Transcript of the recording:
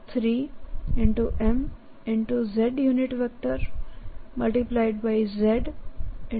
z z r 3m